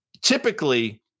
Typically